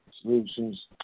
solutions